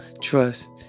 trust